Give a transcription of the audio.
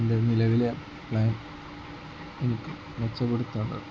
എൻ്റെ നിലവിലെ പ്ലാൻ എനിക്ക് മെച്ചപ്പെടുത്താനുണ്ട്